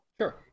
Sure